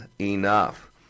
enough